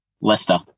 Leicester